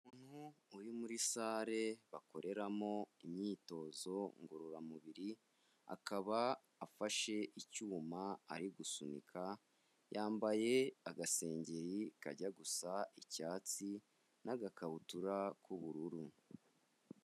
Umuntu uri muri sale bakoreramo imyitozo ngororamubiri, akaba afashe icyuma ari gusunika, yambaye agasengeri kajya gusa icyatsi n'agakabutura k'ubururu.